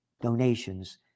donations